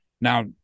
Now